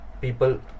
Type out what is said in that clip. people